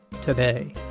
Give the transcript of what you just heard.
today